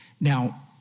Now